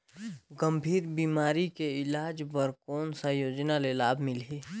गंभीर बीमारी के इलाज बर कौन सा योजना ले लाभ मिलही?